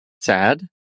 sad